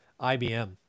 IBM